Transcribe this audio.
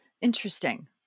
Interesting